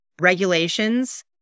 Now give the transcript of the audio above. regulations